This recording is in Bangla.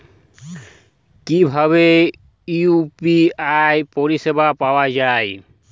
কিভাবে ইউ.পি.আই পরিসেবা পাওয়া য়ায়?